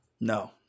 No